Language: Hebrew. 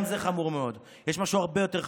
גם זה חמור מאוד, יש משהו הרבה יותר חשוב.